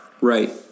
Right